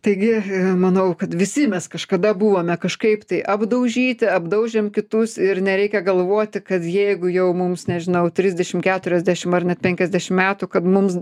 taigi manau kad visi mes kažkada buvome kažkaip tai apdaužyti apdaužėm kitus ir nereikia galvoti kad jeigu jau mums nežinau trisdešim keturiasdešim ar net penkiasdešim metų kad mums